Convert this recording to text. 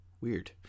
Weird